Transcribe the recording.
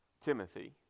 Timothy